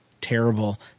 terrible